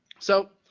so,